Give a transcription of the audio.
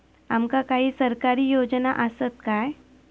आमका काही सरकारी योजना आसत काय?